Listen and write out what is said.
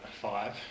five